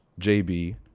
JB